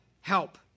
help